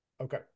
Okay